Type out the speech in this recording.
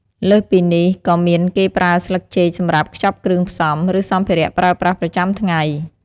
លើសពីនេះក៏មានគេប្រើស្លឹកចេកសម្រាប់ខ្ចប់គ្រឿងផ្សំ ឬសម្ភារៈប្រើប្រាស់ប្រចាំថ្ងៃ។